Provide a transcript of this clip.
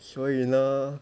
所以了